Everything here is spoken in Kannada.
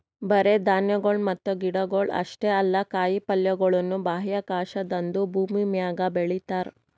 ಬರೇ ಧಾನ್ಯಗೊಳ್ ಮತ್ತ ಗಿಡಗೊಳ್ ಅಷ್ಟೇ ಅಲ್ಲಾ ಕಾಯಿ ಪಲ್ಯಗೊಳನು ಬಾಹ್ಯಾಕಾಶದಾಂದು ಭೂಮಿಮ್ಯಾಗ ಬೆಳಿತಾರ್